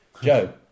Joe